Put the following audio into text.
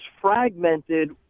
fragmented